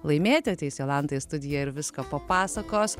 laimėti ateis jolanta į studiją ir viską papasakos